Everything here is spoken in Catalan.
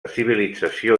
civilització